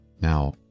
now